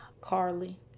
Carly